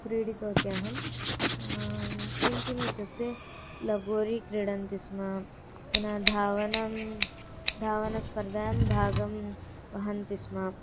क्रीडितवती अहं किं किम् इत्युक्ते लगोरि क्रीडन्ति स्म पुनः धावनं धावनस्पर्दायं भागं वहन्ति स्म